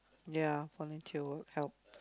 ya volunteer work help